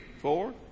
four